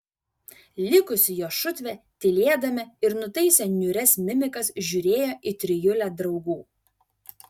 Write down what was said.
likusi jo šutvė tylėdami ir nutaisę niūrias mimikas žiūrėjo į trijulę draugų